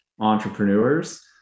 entrepreneurs